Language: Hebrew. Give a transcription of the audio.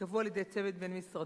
ייקבעו על-ידי צוות בין-משרדי,